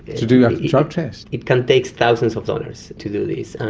to do that drug test? it can take thousands of dollars to do this,